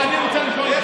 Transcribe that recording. אני רוצה לשאול אותך